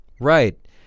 right